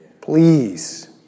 please